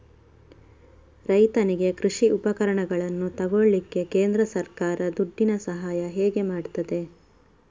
ರೈತನಿಗೆ ಕೃಷಿ ಉಪಕರಣಗಳನ್ನು ತೆಗೊಳ್ಳಿಕ್ಕೆ ಕೇಂದ್ರ ಸರ್ಕಾರ ದುಡ್ಡಿನ ಸಹಾಯ ಹೇಗೆ ಮಾಡ್ತದೆ?